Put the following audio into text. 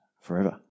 forever